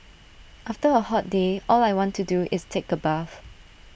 after A hot day all I want to do is take A bath